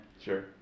Sure